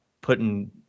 putting